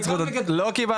לא.